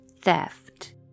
theft